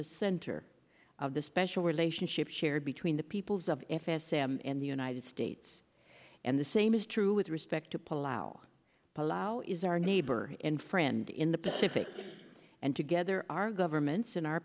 the center of the special relationship shared between the peoples of f s a and the united states and the same is true with respect to pull out palau is our neighbor and friend in the pacific and together our governments and our